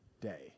day